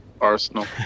Arsenal